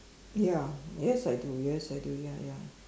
ya yes I do yes I do ya ya